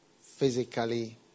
physically